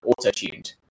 auto-tuned